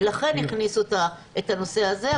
ולכן הכניסו את הנושא הזה.